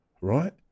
right